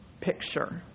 picture